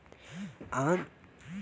आंत क रसरी क नाम से भी लोग जानलन